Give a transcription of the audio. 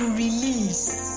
release